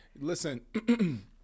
Listen